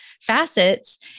facets